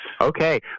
Okay